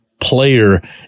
player